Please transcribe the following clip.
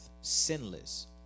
sinless